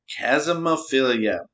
Chasmophilia